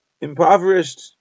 impoverished